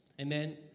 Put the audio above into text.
Amen